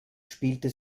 spielte